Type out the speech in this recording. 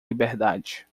liberdade